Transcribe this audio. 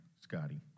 Scotty